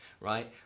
right